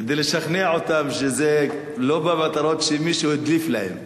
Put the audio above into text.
כדי לשכנע אותם שזה לא במטרות שמישהו הדליף להם.